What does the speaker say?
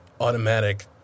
automatic